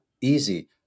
easy